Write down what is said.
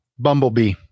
Bumblebee